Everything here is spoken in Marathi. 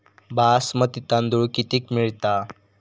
बासमती तांदूळ कितीक मिळता?